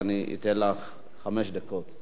היא תוחזר להמשך דיון בוועדת הפנים והגנת הסביבה.